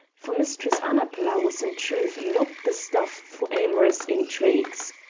for mistress annapla was in truth not the stuff for amorous intrigues.